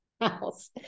house